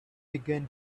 began